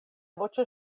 voĉo